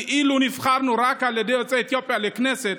שכאילו נבחרנו רק על ידי יוצאי אתיופיה לכנסת,